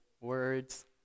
words